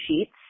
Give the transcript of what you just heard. Sheets